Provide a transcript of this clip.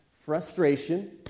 frustration